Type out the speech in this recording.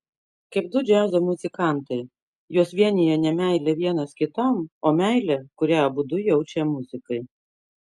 kaip du džiazo muzikantai juos vienija ne meilė vienas kitam o meilė kurią abudu jaučia muzikai